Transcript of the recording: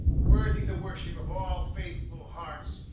worthy the worship of all faithful hearts,